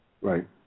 Right